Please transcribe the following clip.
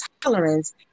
tolerance